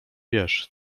wiesz